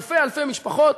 אלפי אלפי משפחות